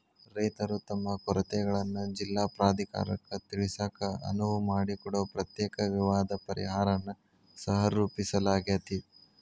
ರೈತರು ತಮ್ಮ ಕೊರತೆಗಳನ್ನ ಜಿಲ್ಲಾ ಪ್ರಾಧಿಕಾರಕ್ಕ ತಿಳಿಸಾಕ ಅನುವು ಮಾಡಿಕೊಡೊ ಪ್ರತ್ಯೇಕ ವಿವಾದ ಪರಿಹಾರನ್ನ ಸಹರೂಪಿಸಲಾಗ್ಯಾತಿ